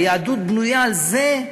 היהדות בנויה על זה.